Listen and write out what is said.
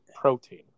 protein